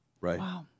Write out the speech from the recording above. Right